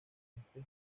este